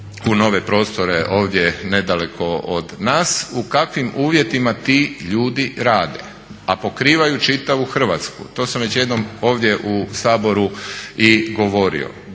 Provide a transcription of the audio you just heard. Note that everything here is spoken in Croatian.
u nove prostore ovdje nedaleko od nas u kakvim uvjetima ti ljudi rade a pokrivaju čitavu Hrvatsku? To sam već jednom ovdje u Saboru i govorio.